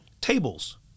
tables